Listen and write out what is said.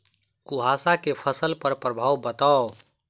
कुहासा केँ फसल पर प्रभाव बताउ?